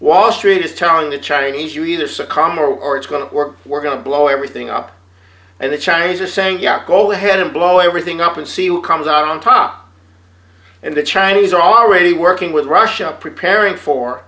wall street is telling the chinese you either succumb or it's going to work we're going to blow everything up and the chinese are saying yeah go ahead and blow everything up and see what comes out on top and the chinese are already working with russia preparing for